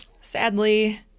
sadly